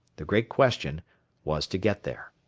the great question was to get there.